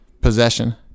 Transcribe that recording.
possession